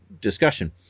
discussion